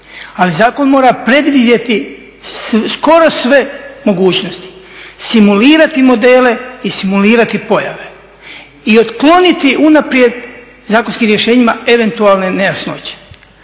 Ali zakon mora predvidjeti skoro sve mogućnosti, simulirati modele i simulirati pojave i otkloniti unaprijed zakonskim rješenjima eventualne nejasnoće.